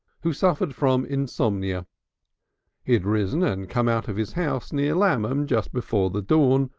who suffered from insomnia he had risen and come out of his house near lammam just before the dawn,